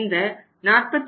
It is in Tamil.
இந்த 48